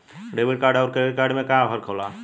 Debit card अउर credit card में का फर्क होला?